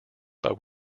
but